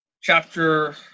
chapter